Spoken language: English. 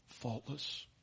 faultless